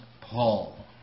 Paul